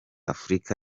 afurika